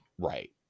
right